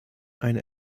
eine